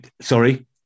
Sorry